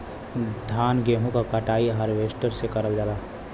धान गेहूं क कटाई हारवेस्टर से करल जाला